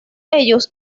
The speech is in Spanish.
ellos